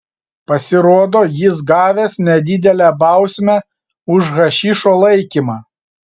pasirodo jis gavęs nedidelę bausmę už hašišo laikymą